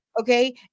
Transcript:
okay